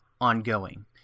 Ongoing